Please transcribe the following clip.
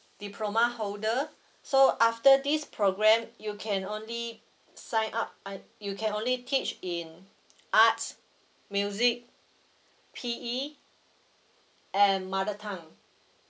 diploma holder so after this program you can only sign up uh you can only teach in arts music P_E and mother tongue